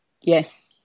Yes